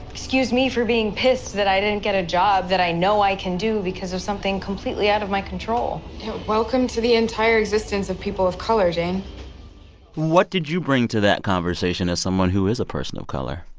excuse me for being pissed that i didn't get a job that i know i can do because of something completely out of my control welcome to the entire existence of people of color, jane what did you bring to that conversation as someone who is a person of color?